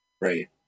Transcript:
right